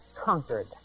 conquered